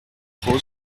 pose